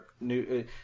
New